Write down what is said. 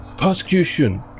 Persecution